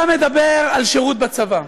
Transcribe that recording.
אתה מדבר על שירות בצבא,